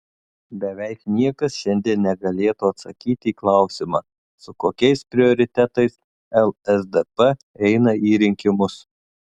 beveik niekas šiandien negalėtų atsakyti į klausimą su kokiais prioritetais lsdp eina į rinkimus